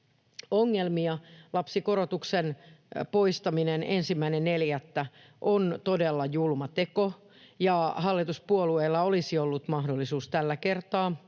ongelmia. Lapsikorotuksen poistaminen 1.4. on todella julma teko, ja hallituspuolueilla olisi ollut mahdollisuus tällä kertaa